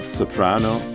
soprano